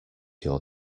your